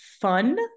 fun